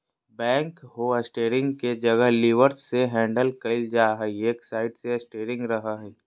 backhoe steering के जगह levers से हैंडल कइल जा हइ, एक साइड ले स्टेयरिंग रहो हइ